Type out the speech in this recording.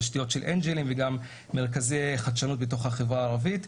תשתיות של אנג'לים וגם מרכזי חדשנות בתוך החברה הערבית,